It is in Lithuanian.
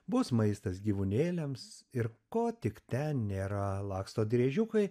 bus maistas gyvūnėliams ir ko tik ten nėra laksto driežiukai